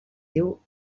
diu